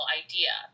idea